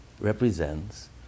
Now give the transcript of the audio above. represents